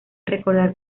recordar